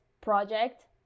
project